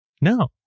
No